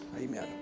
Amen